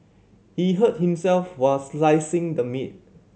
he hurt himself while slicing the meat